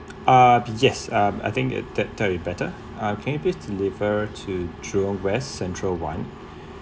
uh yes I think a uh that that'll be better uh can you please deliver to Jurong west central one